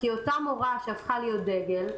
אותה מורה שהפכה להיות דגל,